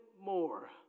more